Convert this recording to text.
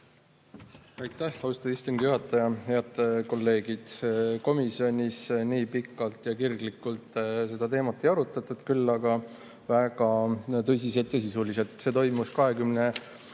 Aitäh, austatud istungi juhataja! Head kolleegid! Komisjonis nii pikalt ja kirglikult seda teemat ei arutatud, küll aga väga tõsiselt ja sisuliselt. See toimus 24.